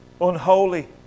unholy